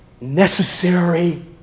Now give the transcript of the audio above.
necessary